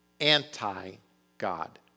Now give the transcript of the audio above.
anti-God